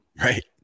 Right